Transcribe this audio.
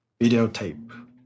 videotape